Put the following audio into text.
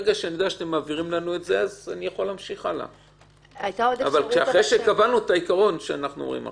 זה אחרי שקבענו את העיקרון שאנחנו אומרים עכשיו.